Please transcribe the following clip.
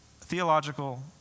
Theological